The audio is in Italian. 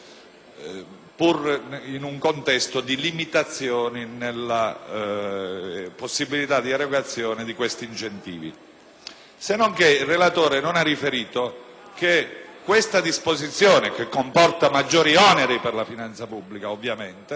pur in un contesto di limitazioni nella possibilità di erogazione di questi incentivi. Senonché il relatore non ha riferito che questa disposizione, che ovviamente comporta maggiori oneri per la finanza pubblica, viene